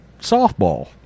softball